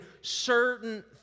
certain